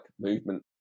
movement